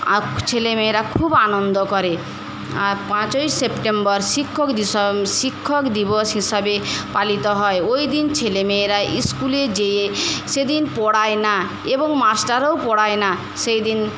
up ছেলেমেয়েরা খুব আনন্দ করে আর পাঁচই সেপ্টেম্বর শিক্ষক শিক্ষক দিবস হিসাবে পালিত হয় ওই দিন ছেলেমেয়েরা ইস্কুলে গিয়ে সেদিন পড়ায় না এবং মাস্টাররাও পড়ায় না সেইদিন